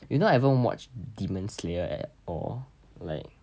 you know I haven't watched demon slayer at all like